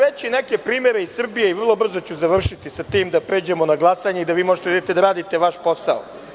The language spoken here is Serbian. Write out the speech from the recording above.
Reći ću neke primere iz Srbije, vrlo brzo ću završiti sa tim, da pređemo na glasanje i da vi možete da idete da radite vaš posao.